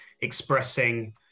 expressing